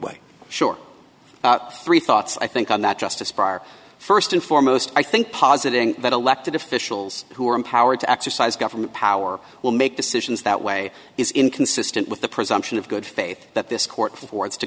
way short three thoughts i think on that justice bar first and foremost i think positing that elected officials who are empowered to exercise government power will make decisions that way is inconsistent with the presumption of good faith that this court for